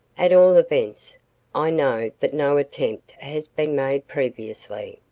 at all events, i know that no attempt has been made previously,